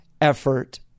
effort